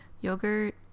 yogurt